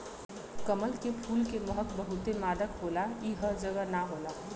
कमल के फूल के महक बहुते मादक होला इ हर जगह ना होला